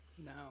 No